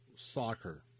soccer